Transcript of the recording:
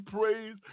praise